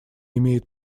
имеет